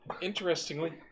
Interestingly